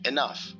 Enough